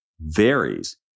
varies